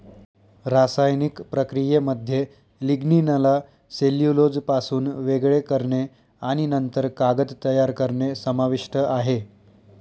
रासायनिक प्रक्रियेमध्ये लिग्निनला सेल्युलोजपासून वेगळे करणे आणि नंतर कागद तयार करणे समाविष्ट आहे